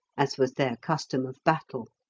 as was their custom of battle.